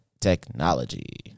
technology